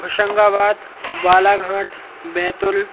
Hoshangabad Balaghat Betul